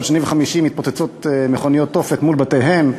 כל שני וחמישי מתפוצצות מכוניות תופת מול בתיהם.